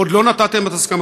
עוד לא נתתם את הסכמתכם.